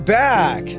back